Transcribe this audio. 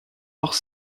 hors